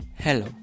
Hello